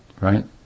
right